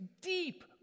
deep